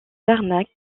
jarnac